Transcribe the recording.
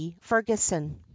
Ferguson